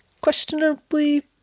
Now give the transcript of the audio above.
questionably